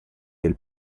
del